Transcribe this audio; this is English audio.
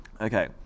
Okay